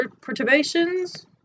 perturbations